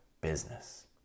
business